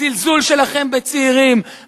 הזלזול שלכם בצעירים,